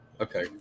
okay